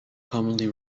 commonly